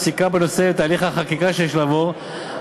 הפסיקה בנושא ותהליך החקיקה שיש לעבור,